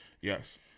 Yes